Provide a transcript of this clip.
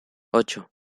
ocho